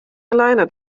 alleine